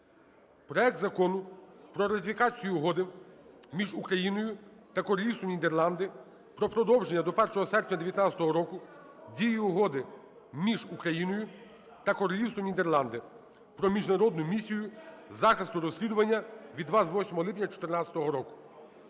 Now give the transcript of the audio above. проект Закону про ратифікацію Угоди між Україною та Королівством Нідерланди про продовження до 1 серпня 19-го року строку дії Угоди між Україною та Королівством Нідерланди про Міжнародну місію захисту розслідування від 28 липня 14-го року.